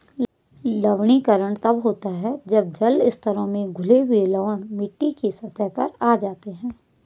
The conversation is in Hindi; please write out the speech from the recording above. लवणीकरण तब होता है जब जल स्तरों में घुले हुए लवण मिट्टी की सतह पर आ जाते है